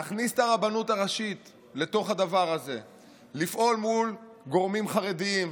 להכניס את הרבנות הראשית לתוך הדבר הזה ולפעול מול גורמים חרדיים.